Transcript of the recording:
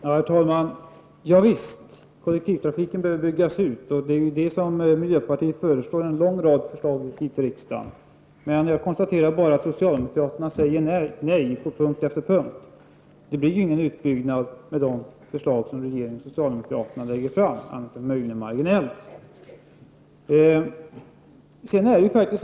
Herr talman! Ja visst behöver kollektivtrafiken byggas ut. Detta är vad miljöpartiet också föreslår i en lång rad motioner till riksdagen. Jag konstaterar att socialdemokraterna säger nej på punkt efter punkt. Och någon utbyggnad blir ju inte av med de förslag som regeringen och socialdemokraterna lägger fram, möjligen kan det bli fråga om någon marginell förändring.